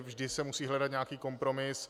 Vždy se musí hledat nějaký kompromis.